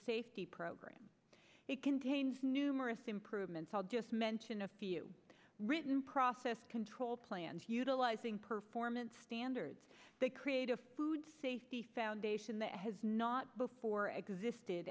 safety program it contains numerous improvements i'll just mention a few written process control plans utilizing performance standards that create a food safety foundation that has not before existed